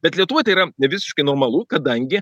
bet lietuvoj tai yra visiškai normalu kadangi